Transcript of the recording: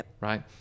right